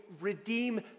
redeem